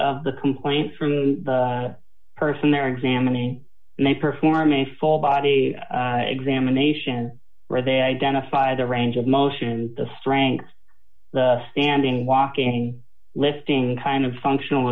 of the complaints from the person they're examining and they perform a full body examination where they identify the range of motion the strengths the standing walking lifting kind of functional